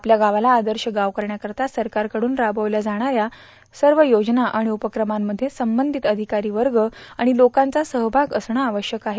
आपल्या गावाला आपर्श गाव करण्याकरिता सरकारकडून राषवविल्या जाणाऱ्या योजना आणि उपक्रमामध्ये सर्वधित अधिकारी वर्ग आणि लोकांचा सहभाग असणे आवश्यक आहे